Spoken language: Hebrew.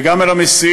וגם אל המסיעים,